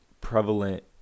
prevalent